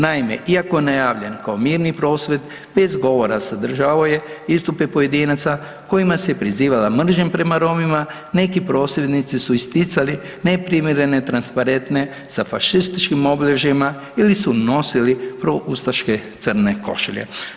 Naime, iako najavljen kao mirni prosvjed bez govora sadržavao je istupe pojedinaca kojima se prizivala mržnja prema Romima, neki prosvjednici su isticali neprimjerene transparente sa fašističkim obilježjima ili su nosili proustaške crne košulje.